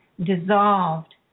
dissolved